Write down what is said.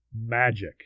Magic